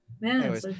man